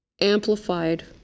amplified